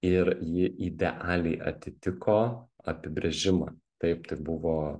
ir ji idealiai atitiko apibrėžimą taip tai buvo